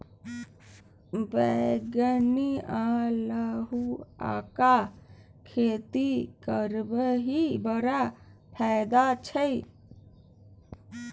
बैंगनी अल्हुआक खेती करबिही बड़ फायदा छै